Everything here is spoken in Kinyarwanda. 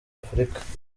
afurika